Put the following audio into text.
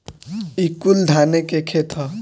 ई कुल धाने के खेत ह